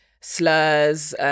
slurs